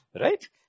Right